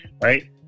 right